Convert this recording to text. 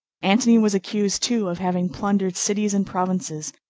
antony was accused, too, of having plundered cities and provinces,